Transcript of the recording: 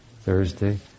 Thursday